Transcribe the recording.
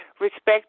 respect